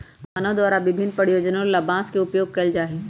मानव द्वारा विभिन्न प्रयोजनों ला बांस के उपयोग कइल जा हई